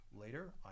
later